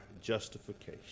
justification